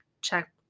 check